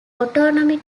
autonomy